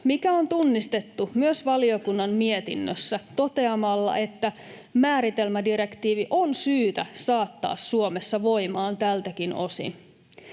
mikä on tunnistettu myös valiokunnan mietinnössä toteamalla, että määritelmädirektiivi on syytä saattaa Suomessa voimaan tältäkin osin.